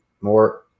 more